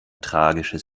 tragisches